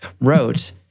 wrote